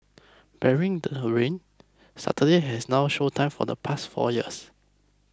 barring rain Saturday has no show time for the past four years